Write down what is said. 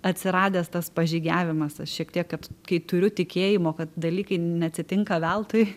atsiradęs tas pažygiavimas aš šiek tiek kad kai turiu tikėjimo kad dalykai neatsitinka veltui